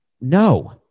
No